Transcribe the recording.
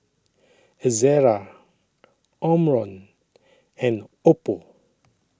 Ezerra Omron and Oppo